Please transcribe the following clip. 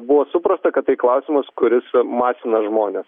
buvo suprasta kad tai klausimas kuris masina žmones